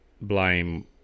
blame